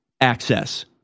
access